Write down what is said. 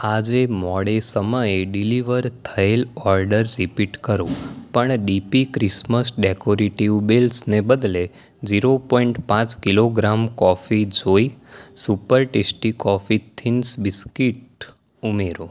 આજે મોડે સમયે ડિલિવર થયેલ ઓર્ડર રીપીટ કરો પણ ડીપી ક્રિસમસ ડેકોરેટીવ બેલ્સને બદલે ઝીરો પોઇન્ટ પાંચ kilogram coffee joy super tasty coffee thins biscuit ઉમેરો